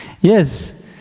Yes